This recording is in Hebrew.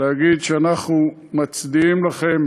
להגיד שאנחנו מצדיעים לכם